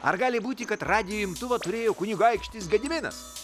ar gali būti kad radijo imtuvą turėjo kunigaikštis gediminas